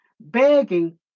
begging